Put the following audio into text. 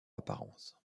apparence